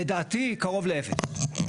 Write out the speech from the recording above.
לדעתי קרוב לאפס.